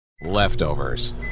Leftovers